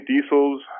diesels